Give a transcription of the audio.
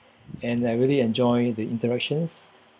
and I really enjoy the interactions